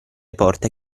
porte